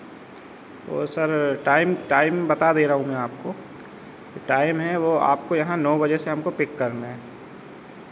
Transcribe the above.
वो sir time time बता दे रहा हूँ मैं आपको कि टाइम है वो आपको यहाँ नौ बजे से हमको पिक करना है